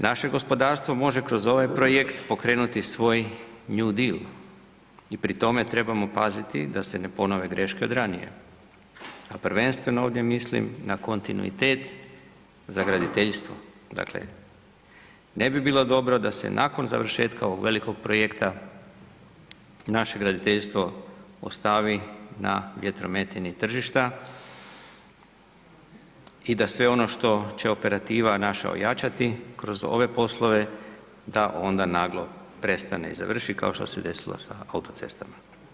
Naše gospodarstvo može kroz ovaj projekt pokrenuti svoj New Deal i pri tome trebamo paziti da se ne ponove greške od ranije, a prvenstveno ovdje mislim na kontinuitet za graditeljstvo, dakle, ne bi bilo dobro da se nakon završetka ovog velikog projekta naše graditeljstvo ostavi na vjetrometini tržišta i da sve ono što će operativa naša ojačati kroz ove poslove, da onda naglo prestane i završi, kao što se desilo sa autocestama.